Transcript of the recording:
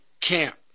camp